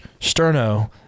Sterno